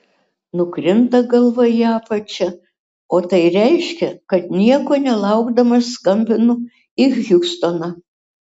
nukrinta galva į apačią o tai reiškia kad nieko nelaukdamas skambinu į hjustoną